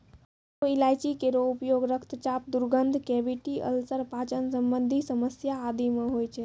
हरो इलायची केरो उपयोग रक्तचाप, दुर्गंध, कैविटी अल्सर, पाचन संबंधी समस्या आदि म होय छै